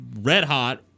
red-hot